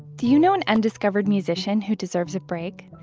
do you know an undiscovered musician who deserves a break?